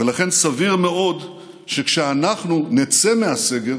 ולכן סביר מאוד שכשאנחנו נצא מהסגר